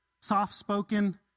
soft-spoken